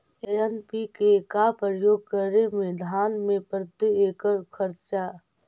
NPK का प्रयोग करे मे धान मे प्रती एकड़ खर्चा?